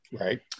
Right